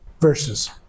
verses